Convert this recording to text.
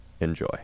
Enjoy